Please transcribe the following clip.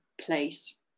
place